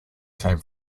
came